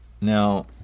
Now